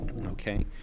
okay